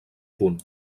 punt